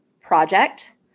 project